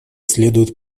следует